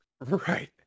Right